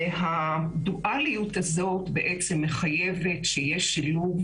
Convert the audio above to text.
הדואליות הזאת בעצם מחייבת שיהיה שילוב